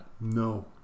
No